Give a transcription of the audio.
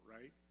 right